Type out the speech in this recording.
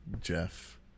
jeff